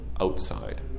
outside